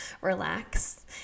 relax